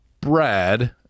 brad